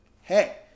Hey